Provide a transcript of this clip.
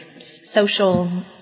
social